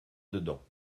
dedans